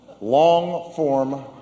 long-form